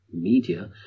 media